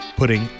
Putting